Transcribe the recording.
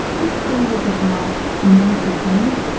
this scheme will provide a monetary payment,